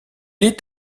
est